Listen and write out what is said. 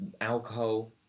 alcohol